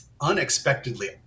unexpectedly